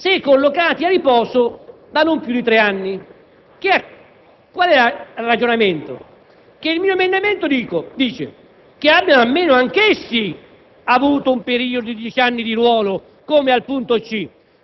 Se i colleghi hanno la bontà di seguirmi per due minuti, non di più, parliamo della nomina del presidente di commissione: